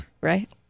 right